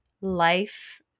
life